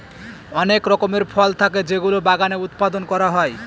অনেক রকমের ফল থাকে যেগুলো বাগানে উৎপাদন করা হয়